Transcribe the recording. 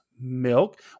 milk